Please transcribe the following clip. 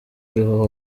ariho